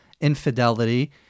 infidelity